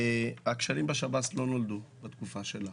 הכשלים בשב"ס לא נולדו בתקופה שלך,